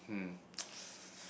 hmm